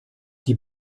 die